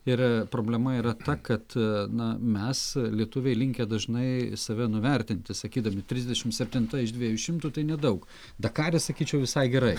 ir problema yra ta kad na mes lietuviai linkę dažnai save nuvertinti sakydami trisdešim septinta iš dviejų šimtų tai nedaug dakare sakyčiau visai gerai